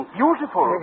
beautiful